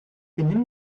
benimm